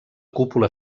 cúpula